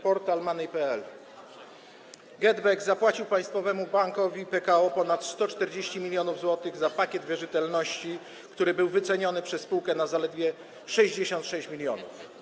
Portal Money.pl: GetBack zapłacił państwowemu bankowi Pekao ponad 140 mln zł za pakiet wierzytelności, który był wyceniany przez spółkę na zaledwie 66 mln.